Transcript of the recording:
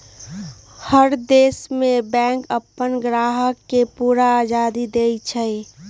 हर देश में बैंक अप्पन ग्राहक के पूरा आजादी देई छई